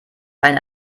einen